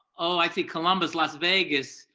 oh, i see columbus, las vegas,